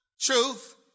Truth